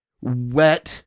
wet